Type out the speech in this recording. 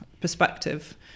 perspective